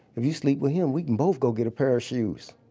if you sleep with him, we can both go get a pair of shoes.